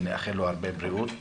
נאחל לו הרבה בריאות.